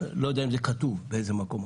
אם זה כתוב באיזה מקום,